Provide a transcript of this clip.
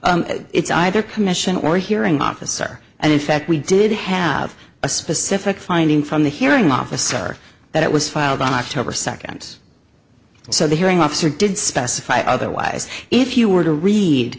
time it's either commission or hearing officer and in fact we did have a specific finding from the hearing officer that it was filed on october second so the hearing officer did specify otherwise if you were to read